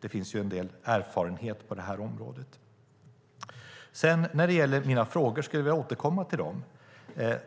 Det finns en del erfarenhet på det området. Jag skulle vilja återkomma till mina frågor.